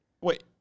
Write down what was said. wait